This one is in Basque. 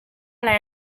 ala